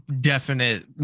definite